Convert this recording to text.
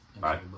bye